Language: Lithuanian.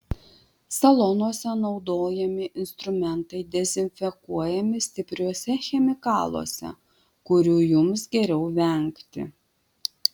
salonuose naudojami instrumentai dezinfekuojami stipriuose chemikaluose kurių jums geriau vengti